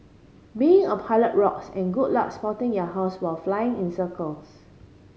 being a pilot rocks and good luck spotting your house while flying in circles